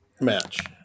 match